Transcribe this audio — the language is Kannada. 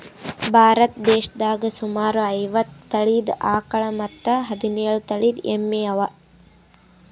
ಭಾರತ್ ದೇಶದಾಗ್ ಸುಮಾರ್ ಐವತ್ತ್ ತಳೀದ ಆಕಳ್ ಮತ್ತ್ ಹದಿನೇಳು ತಳಿದ್ ಎಮ್ಮಿ ಅವಾ